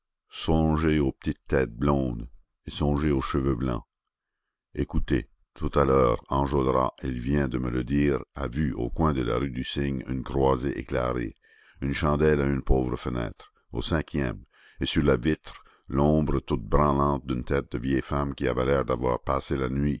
songez aux petites têtes blondes et songez aux cheveux blancs écoutez tout à l'heure enjolras il vient de me le dire a vu au coin de la rue du cygne une croisée éclairée une chandelle à une pauvre fenêtre au cinquième et sur la vitre l'ombre toute branlante d'une tête de vieille femme qui avait l'air d'avoir passé la nuit